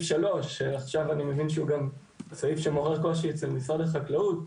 3 שעכשיו אני מבין שהוא סעיף שמעורר קושי אצל משרד החקלאות.